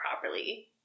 properly